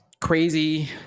crazy